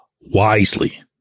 wisely